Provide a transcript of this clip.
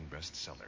bestseller